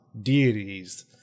deities